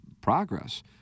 progress